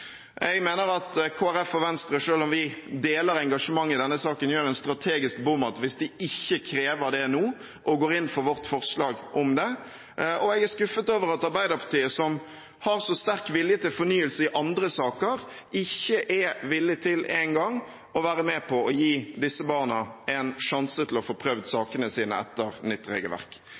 Jeg mener at Kristelig Folkeparti og Venstre – selv om vi deler engasjementet i denne saken – gjør en strategisk bommert hvis de ikke krever det nå, og ikke går inn for vårt forslag om det. Og jeg er skuffet over at Arbeiderpartiet, som har så sterk vilje til fornyelse i andre saker, ikke er villig til engang å være med på å gi disse barna en sjanse til å få prøvd sakene sine etter nytt regelverk.